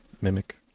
mimic